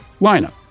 lineup